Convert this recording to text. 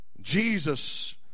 Jesus